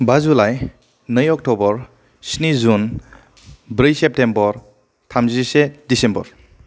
बा जुलाइ नै अक्ट'बर स्नि जुन ब्रै सेप्टेम्बर थामजिसे डिसेम्बर